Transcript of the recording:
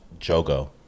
Jogo